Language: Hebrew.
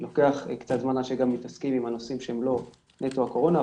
זה לוקח קצת זמן עד שמתעסקים עם הנושאים שהם לא נטו הקורונה,